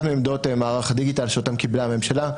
אחת מעמדות מערך הדיגיטל שאותן קיבלה הממשלה,